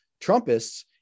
Trumpists